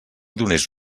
donés